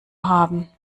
haben